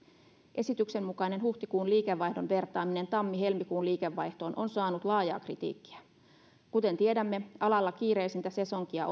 esityksen mukainen huhtikuun liikevaihdon vertaaminen tammi helmikuun liikevaihtoon on saanut laajaa kritiikkiä kuten tiedämme alalla kiireisintä sesonkia